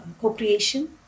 co-creation